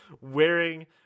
wearing